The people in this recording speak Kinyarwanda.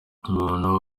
umuntu